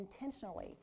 intentionally